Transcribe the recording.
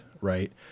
right